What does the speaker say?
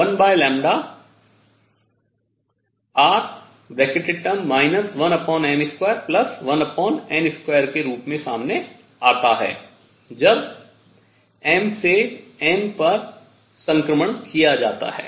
तो 1 R 1m21n2 के रूप में सामने आता है जब m से n पर संक्रमण किया जाता है